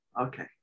Okay